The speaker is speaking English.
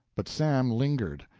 but sam lingered.